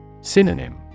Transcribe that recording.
Synonym